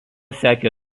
sekė